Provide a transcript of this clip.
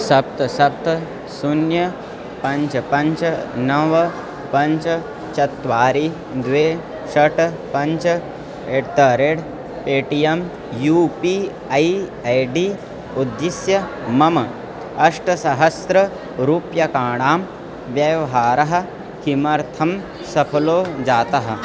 सप्त सप्त शून्यं पञ्च पञ्च नव पञ्च चत्वारि द्वे षट् पञ्च at the rate Paytm U P I I D उद्दिश्य मम अष्टसहस्ररूप्यकाणां व्यवहारः किमर्थं असफलो जातः